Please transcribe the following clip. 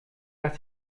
pas